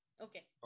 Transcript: Okay